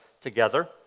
together